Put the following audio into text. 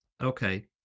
Okay